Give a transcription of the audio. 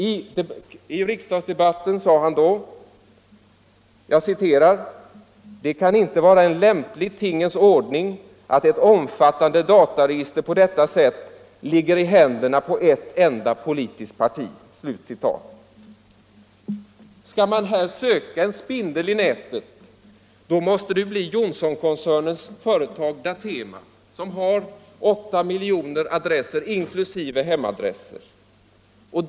I riksdagsdebatten sade han då: ”Det kan inte vara en lämplig tingens ordning att omfattande dataregister på detta sätt ligger i händerna på ett enda politiskt parti.” Skall man här söka en spindel i nätet, så måste det bli Johnsonkoncernens företag DATEMA, som har 8 miljoner adresser, inklusive hemadresser.